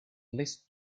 least